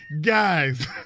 guys